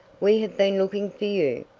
we have been looking for you.